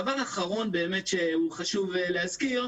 דבר אחרון באמת שהוא חשוב להזכיר,